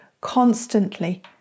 constantly